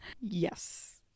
Yes